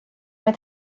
mae